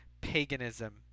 paganism